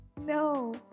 No